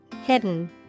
Hidden